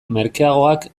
merkeagoak